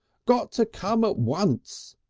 got to come at once!